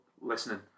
listening